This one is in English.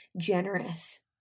generous